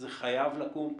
זה חייב לקום,